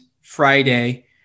Friday